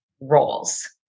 roles